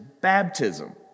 baptism